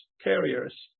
carriers